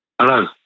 Hello